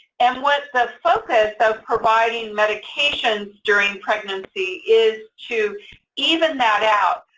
and what the focus of providing medications during pregnancy is to even that out.